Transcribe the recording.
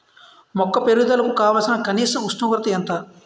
మొక్క పెరుగుదలకు కావాల్సిన కనీస ఉష్ణోగ్రత ఎంత?